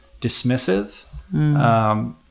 dismissive